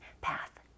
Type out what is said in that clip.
path